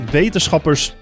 wetenschappers